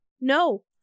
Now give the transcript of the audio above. No